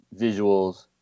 visuals